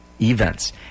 events